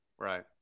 Right